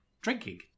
drinking